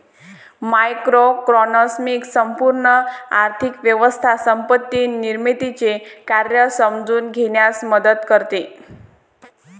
macroeconomics संपूर्ण आर्थिक व्यवस्था संपत्ती निर्मितीचे कार्य समजून घेण्यास मदत करते